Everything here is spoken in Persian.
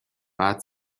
بعد